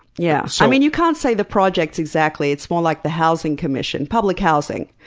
yeah so i mean you can't say the projects, exactly. it's more like the housing commission, public housing.